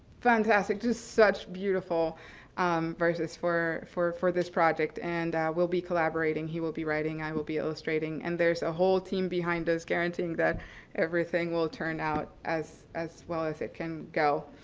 fantastic, just such beautiful versus for for this project. and we'll be collaborating. he will be writing. i will be illustrating. and there's a whole team behind us guaranteeing that everything will turn out as as well as it can go.